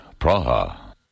Praha